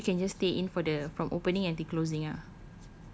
oh so you can just stay in for the from opening till closing ah